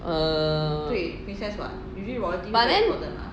err but then